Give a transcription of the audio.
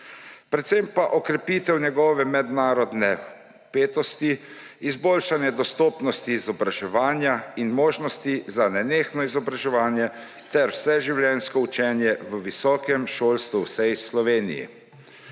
predvsem pa okrepitev njegove mednarodne vpetosti, izboljšanje dostopnosti izobraževanja in možnosti za nenehno izobraževanje ter vseživljenjsko učenje v visokem šolstvu v vsej Sloveniji,